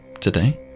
today